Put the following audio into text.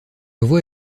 voix